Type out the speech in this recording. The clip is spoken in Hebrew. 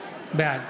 בעד